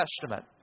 Testament